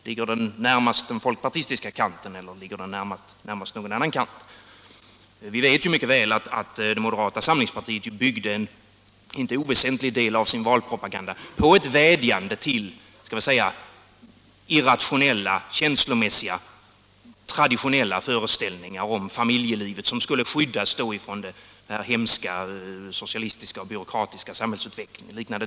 Ligger den närmast den folkpartistiska kanten eller närmast någon annan kant? Vi vet mycket väl att det moderata samlingspartiet byggde en inte oväsentlig del av sin valpropaganda på ett vädjande till irrationella, känslomässiga och traditionella föreställningar om familjelivet som skulle skyddas från den hemska socialistiska och byråkratiska samhällsutvecklingen.